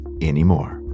anymore